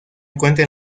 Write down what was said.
encuentra